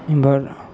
एमहर